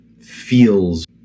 feels